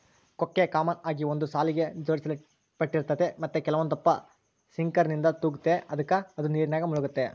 ಕೊಕ್ಕೆ ಕಾಮನ್ ಆಗಿ ಒಂದು ಸಾಲಿಗೆ ಜೋಡಿಸಲ್ಪಟ್ಟಿರ್ತತೆ ಮತ್ತೆ ಕೆಲವೊಂದಪ್ಪ ಸಿಂಕರ್ನಿಂದ ತೂಗ್ತತೆ ಅದುಕ ಅದು ನೀರಿನಾಗ ಮುಳುಗ್ತತೆ